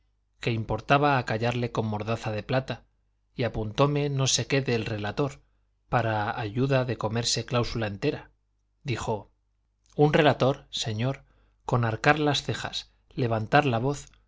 que importaba acallarle con mordaza de plata y apuntóme no sé qué del relator para ayuda de comerse cláusula entera dijo un relator señor con arcar las cejas levantar la voz